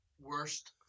Worst